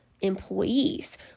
employees